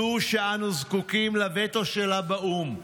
זו שאנו זקוקים לווטו שלה באו"ם,